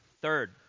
Third